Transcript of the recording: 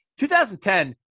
2010